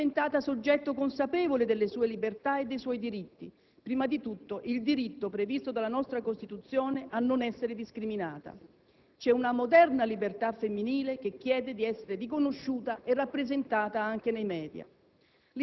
è diventata soggetto consapevole delle sue libertà e dei suoi diritti, prima di tutto il diritto, previsto dalla nostra Costituzione, a non essere discriminata. C'è una moderna libertà femminile che chiede di essere riconosciuta e rappresentata anche nei *media*.